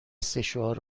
سشوار